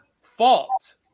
fault